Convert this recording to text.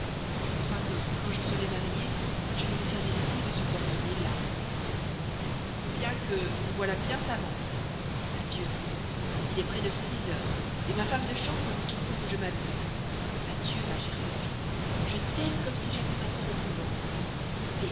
je crois que quand je serai mariée je ne me servirai plus de ce cordonnier là conviens que nous voilà bien savantes adieu il est près de six heures ma femme de chambre dit qu'il faut que je m'habille adieu ma chère sophie je t'aime comme si j'étais encore au couvent